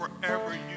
forever